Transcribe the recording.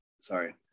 sorry